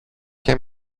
και